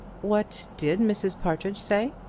what did mrs. partridge say?